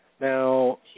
Now